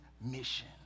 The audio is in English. mission